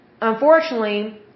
unfortunately